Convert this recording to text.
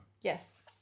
Yes